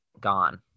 gone